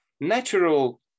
natural